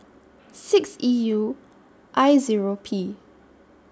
six E U I Zero P